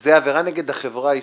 זו עבירה נגד החברה הישראלית,